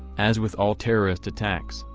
as with all terrorist attacks,